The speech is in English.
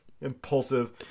impulsive